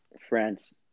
France